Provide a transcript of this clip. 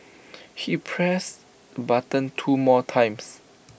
he pressed button two more times